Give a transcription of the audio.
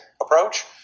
approach